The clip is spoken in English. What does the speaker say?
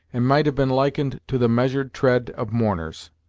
and might have been likened to the measured tread of mourners.